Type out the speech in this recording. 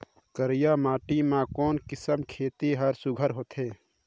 करिया माटी मा कोन किसम खेती हर सुघ्घर होथे?